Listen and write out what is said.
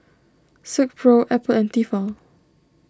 Silkpro Apple and Tefal